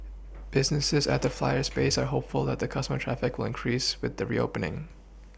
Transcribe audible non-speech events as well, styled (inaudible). (noise) businesses at the Flyer's base are hopeful that the customer traffic will increase with the reopening